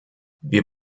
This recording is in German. wir